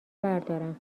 بردارم